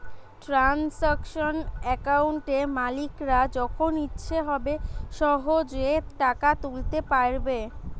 transaction অ্যাকাউন্টে মালিকরা যখন ইচ্ছে হবে সহেজে টাকা তুলতে পাইরবে